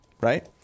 right